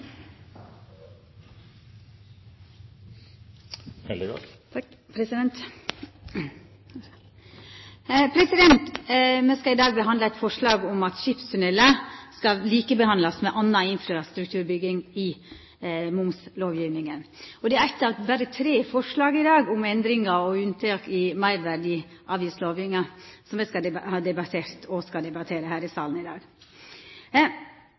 dag behandla eit forslag om at skipstunnelar skal likebehandlast med anna infrastrukturbygging i momslovgjevinga. Dette er eitt av tre forslag om endringar og unntak i meirverdiavgiftslovgjevinga som me skal debattera her i salen i dag. Dette spørsmålet om fritak for meirverdiavgift ved bygging av skipstunnelar har vore teke opp og